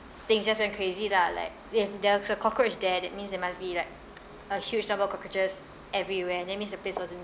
things just went crazy lah like if there was a cockroach there that means there must be like a huge number cockroaches everywhere that means the place wasn't